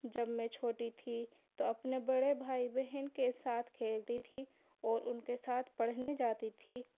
جب میں چھوٹی تھی تو اپنے بڑے بھائی بہن کے ساتھ کھیلتی تھی اور ان کے ساتھ پڑھنے جاتی تھی